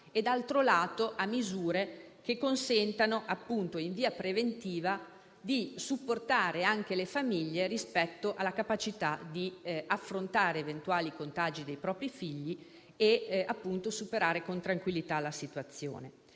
in secondo luogo, misure che consentano, appunto in via preventiva, di supportare anche le famiglie rispetto alla capacità di affrontare eventuali contagi dei propri figli e superare con tranquillità la situazione.